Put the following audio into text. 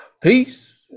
Peace